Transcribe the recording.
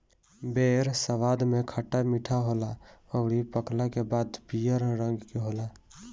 बेर स्वाद में खट्टा मीठा होला अउरी पकला के बाद पियर रंग के होला